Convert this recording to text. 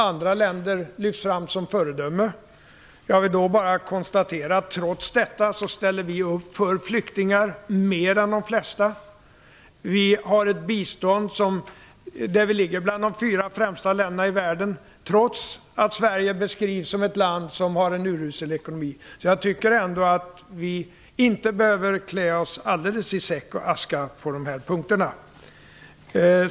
Andra länder lyfts fram som föredömen. Jag vill bara konstatera att vi trots krisen mer än de flesta ställer upp för flyktingar. Vi är bland de fyra, fem främsta biståndsgivarna i världen trots att Sverige beskrivs som ett land som har en urusel ekonomi. Jag tycker därför att vi inte alldeles behöver klä oss i säck och aska på de här punkterna.